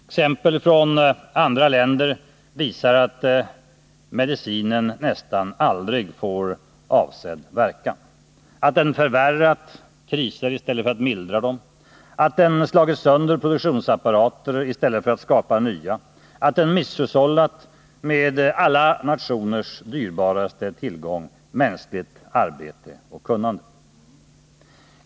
Exempel från andra länder visar att medicinen nästan aldrig får avsedd verkan, att den förvärrat krisen i stället för att mildra den, att den slagit sönder produktionsapparater i stället för att skapa nya, att den misshushållat med alla nationers dyrbaraste tillgång — mänskligt arbete och kunnande.